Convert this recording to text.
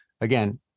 again